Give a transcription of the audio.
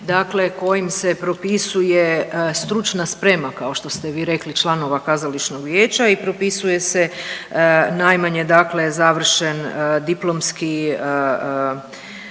dakle kojim se propisuje stručna sprema kao što ste vi rekli članova kazališnog vijeća i propisuje se najmanje dakle završen diplomski,